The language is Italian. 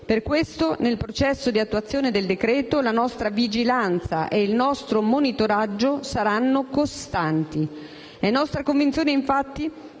Per questo, nel processo di attuazione della norma, la nostra vigilanza e il nostro monitoraggio saranno costanti. È nostra convinzione, infatti,